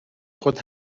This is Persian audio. خود